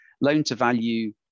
loan-to-value